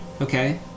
okay